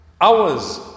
hours